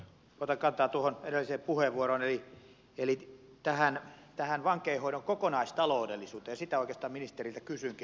otan kantaa tuohon edelliseen puheenvuoroon eli tähän vankeinhoidon kokonaistaloudellisuuteen ja sitä oikeastaan ministeriltä kysynkin